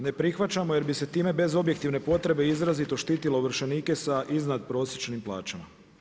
Ne prihvaćamo jer bi se time bez objektivne potrebe izrazito štitilo ovršenike sa iznadprosječnim plaćama.